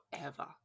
forever